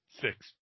Six